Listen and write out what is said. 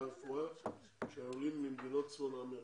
הרפואה של עולים ממדינות צפון אמריקה.